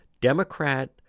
Democrat